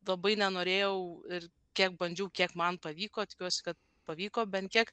labai nenorėjau ir kiek bandžiau kiek man pavyko tikiuosi kad pavyko bent kiek